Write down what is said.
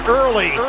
early